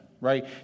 right